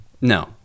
no